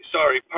Sorry